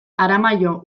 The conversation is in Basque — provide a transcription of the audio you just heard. aramaio